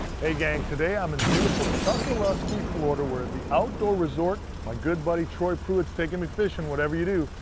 hey, gang, today i'm in beautiful chokoloskee florida. we're at the outdoor resort. my good buddy, troy pruitt, is taking me fishing. whatever you do,